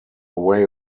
way